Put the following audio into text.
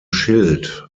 schild